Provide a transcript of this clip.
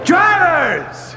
Drivers